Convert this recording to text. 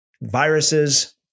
viruses